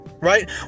Right